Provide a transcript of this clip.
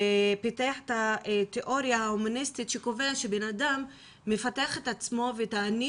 שפיתח את התיאוריה ההומניסטית שקובע שאדם מפתח את עצמו ואת האני